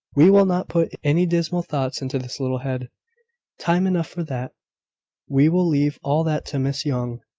we will not put any dismal thoughts into this little head time enough for that we will leave all that to miss young.